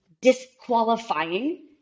disqualifying